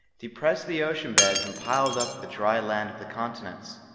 depressed the ocean beds and piled up the dry land of the continents.